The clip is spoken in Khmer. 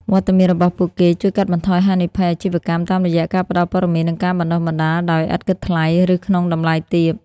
វត្តមានរបស់ពួកគេជួយកាត់បន្ថយ "ហានិភ័យអាជីវកម្ម" តាមរយៈការផ្ដល់ព័ត៌មាន និងការបណ្ដុះបណ្ដាលដោយឥតគិតថ្លៃ ឬក្នុងតម្លៃទាប។